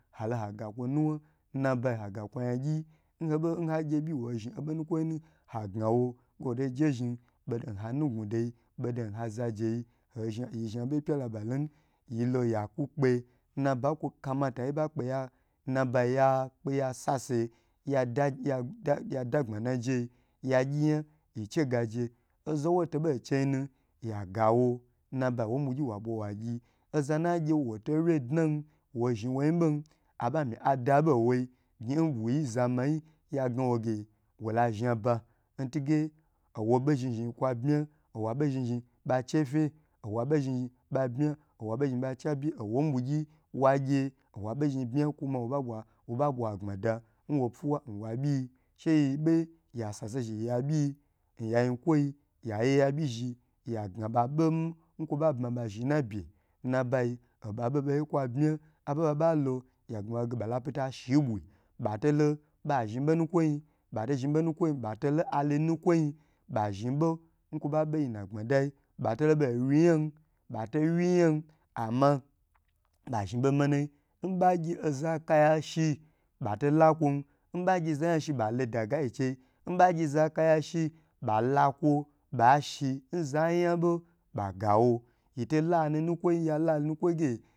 Ha lo haga kwo nuwa nnabayi ha kwa yangyi obo ha gyi bi wo zhn bonu kwo na hagna wo nge wo to je zhn bodo hanu gnudo yi bobo ha zajeyi yi zha boyi pya laba lona yi loya ku kpe nnabayi nkpe wo kamata nyi ba kpe ya yakpe ya sase yada yada yadaje gbmanajei ya gyi ya yi chega je oza wotobo chei nu ya gawo nnabai owo bwu gyi wa bwa wa gyi oza na gye wato wyi dna wo zhn woi boi aba mi adabowo gyn buyi nzama ya ghna wo ge wola zhabo nwabo zhn zhn kwa bmi owa bo bo zhn zhn ba che fe owo bo zhn ba bma owa bo zhi zhin ba che be owo bu wagye owabo zhn gbma kuma wo ba bwa agbma da nwo funwa nwa byiyi yaye wa byi zhn ya gna babo nkwoba bma ba zhn na bye nna bayi oba boboyi kwa bma aba babalo ya gne ba ge bala pita shi ndu bafolo ba zhn bo nakwoi bato lo hali nukwoi ba zhn bo nkwo ba beye nagbmadayi batolo bawiyan bato wiyan ama ba zhi bo manayi, nba gye ozo kaya shi bato la kwa nbagye za ya shi ba lodagyi chei nbagye zakaya shi bala kwo ba shi nzayabo bagawo yifo lo ho nukwoyi ge